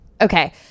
okay